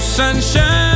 sunshine